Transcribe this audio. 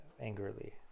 angrily